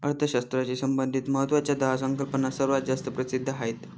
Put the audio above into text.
अर्थशास्त्राशी संबंधित महत्वाच्या दहा संकल्पना सर्वात जास्त प्रसिद्ध आहेत